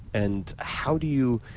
and how do you